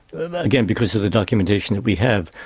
again, because of the documentation that we have,